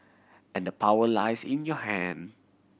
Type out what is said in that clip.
and the power lies in your hand